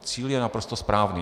Cíl je naprosto správný.